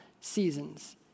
seasons